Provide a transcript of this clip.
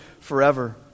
forever